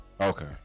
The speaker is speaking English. Okay